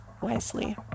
wisely